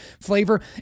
flavor